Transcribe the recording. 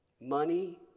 Money